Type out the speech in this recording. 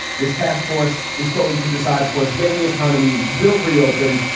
this task force is going to decide, of course, when the economy will reopen,